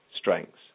strengths